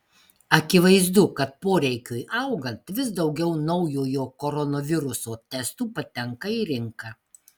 akivaizdu kad poreikiui augant vis daugiau naujojo koronaviruso testų patenka į rinką